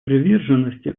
приверженности